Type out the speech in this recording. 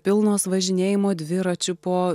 pilnos važinėjimo dviračiu po